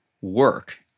work